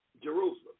Jerusalem